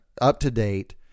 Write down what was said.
up-to-date